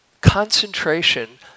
Concentration